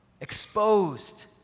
exposed